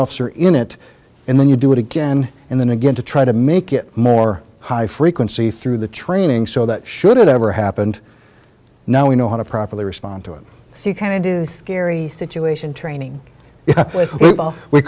officer in it and then you do it again and then again to try to make it more high frequency through the training so that should it ever happened now we know how to properly respond to it you kind of do scary situation training we